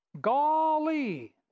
Golly